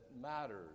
matters